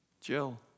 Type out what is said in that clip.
Jill